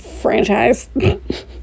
franchise